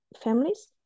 families